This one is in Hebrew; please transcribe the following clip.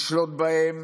ישלוט בהם